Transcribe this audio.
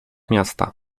miasta